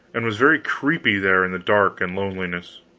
and was very creepy there in the dark and lonesomeness.